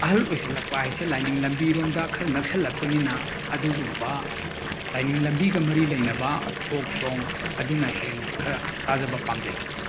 ꯑꯍꯜ ꯑꯣꯏꯁꯜꯂꯛꯄ ꯍꯥꯏꯕꯁꯦ ꯂꯥꯏꯅꯤꯡ ꯂꯝꯕꯤꯔꯣꯝꯗ ꯈꯔ ꯅꯛꯁꯜꯂꯛꯄꯅꯤꯅ ꯑꯗꯨꯒꯨꯝꯕ ꯂꯥꯏꯅꯤꯡ ꯂꯝꯕꯤꯒ ꯃꯔꯤ ꯂꯥꯅꯕ ꯐꯣꯛ ꯁꯣꯡ ꯑꯗꯨꯅ ꯍꯦꯟꯅ ꯈꯔ ꯇꯥꯖꯕ ꯄꯥꯝꯖꯩ